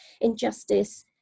injustice